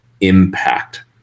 impact